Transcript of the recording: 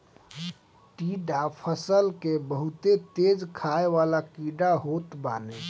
टिड्डा फसल के बहुते तेज खाए वाला कीड़ा होत बाने